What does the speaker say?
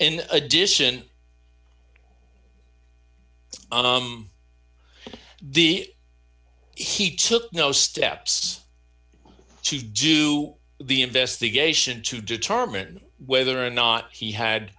in addition on um the he took no steps to do the investigation to determine whether or not he had